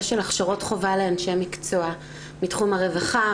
של הכשרות חובה לאנשי מקצוע מתחום הרווחה,